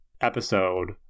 episode